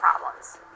problems